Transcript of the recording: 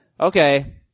Okay